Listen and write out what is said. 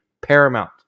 paramount